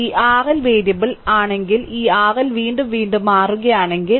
ഈ RL variable ആണെങ്കിൽ ഈ RL വീണ്ടും വീണ്ടും മാറുകയാണെങ്കിൽ